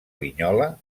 linyola